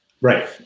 right